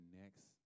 next